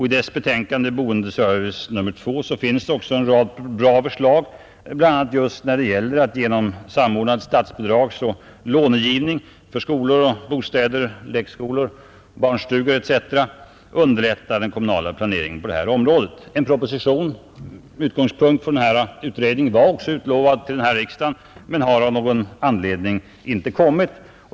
I dess betänkande ”Boendeservice 2” finns också en rad bra uppslag bl.a. just när det gäller att genom en samordnad statsbidragsoch lånegivning för bostäder, skolor, lekskolor och barnstugor underlätta den kommunala planeringen på det här området. En proposition med utgångspunkt från denna utredning var också utlovad till den här riksdagen, men har av någon anledning uteblivit.